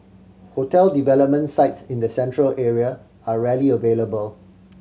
hotel development sites in the Central Area are rarely available